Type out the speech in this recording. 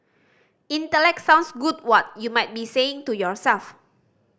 intellect sounds good what you might be saying to yourself